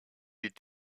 est